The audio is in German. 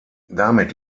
damit